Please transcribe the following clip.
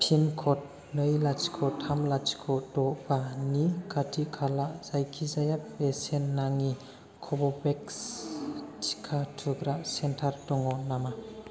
पिनक'ड नै लाथिख' थाम लाथिख' द' बानि खाथि खाला जायखिजाया बेसेन नाङि कव'भेक्स टिका थुग्रा सेन्टार दङ नामा